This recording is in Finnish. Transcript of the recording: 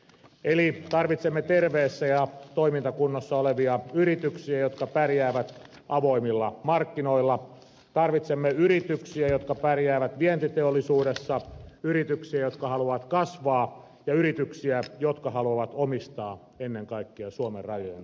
eli tarvitsemme terveessä ja toimintakunnossa olevia yrityksiä jotka pärjäävät avoimilla markkinoilla tarvitsemme yrityksiä jotka pärjäävät vientiteollisuudessa yrityksiä jotka haluavat kasvaa ja yrityksiä jotka haluavat omistaa ennen kaikkea suomen rajojen sisäpuolella